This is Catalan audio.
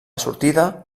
sortida